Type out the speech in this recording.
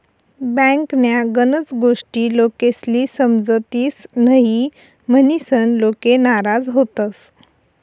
बँकन्या गनच गोष्टी लोकेस्ले समजतीस न्हयी, म्हनीसन लोके नाराज व्हतंस